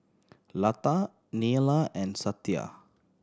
Lata Neila and Satya